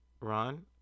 Ron